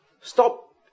stop